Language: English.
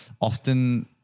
often